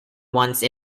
once